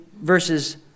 verses